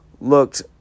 looked